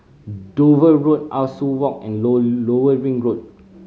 Dover Road Ah Soo Walk and Low Lower Ring Road